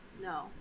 no